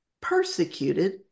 persecuted